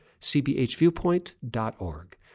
cbhviewpoint.org